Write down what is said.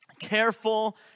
Careful